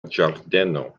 ĝardeno